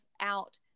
out